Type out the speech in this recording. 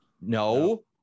no